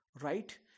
Right